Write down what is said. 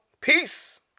Peace